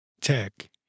tech